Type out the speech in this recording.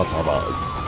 about